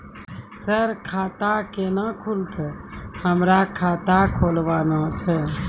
Sir खाता केना खुलतै, हमरा खाता खोलवाना छै?